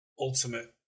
ultimate